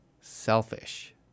selfish